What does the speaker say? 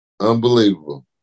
unbelievable